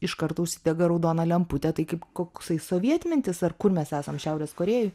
iš karto užsidega raudona lemputė tai kaip koksai sovietmetis kur mes esam šiaurės korėjoj